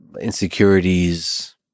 insecurities